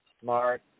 smart